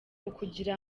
ukugira